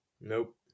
Nope